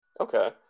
Okay